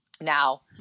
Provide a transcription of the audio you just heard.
Now